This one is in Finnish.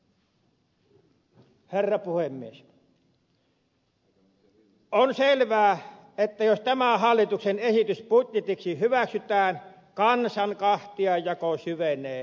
on selvää että jos tämä hallituksen esitys budjetiksi hyväksytään kansan kahtiajako syvenee entisestään